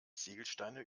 ziegelsteine